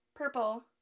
purple